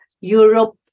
Europe